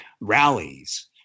rallies